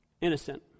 Innocent